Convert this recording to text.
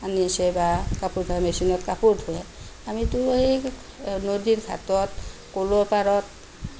আনি আছে বা কাপোৰ ধোৱা মেচিনত কাপোৰ ধুৱে আমিতো সেই নদীৰ ঘাটত পুলৰ পাৰত